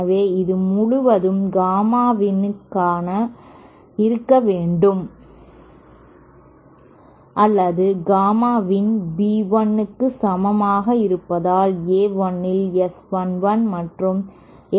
எனவே இது முழுவதும் காமா இன்னாக இருக்க வேண்டும் அல்லது காமா இன் B1 க்கு சமமாக இருப்பதால் A1 இல் S 1 1 மற்றும் S 1 2 எஸ் க்கு சமமாக இருப்பதால் நான் சரியாக எழுத முடியும்